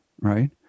right